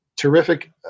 terrific